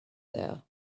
there